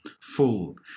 full